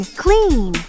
clean